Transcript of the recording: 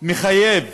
מחייב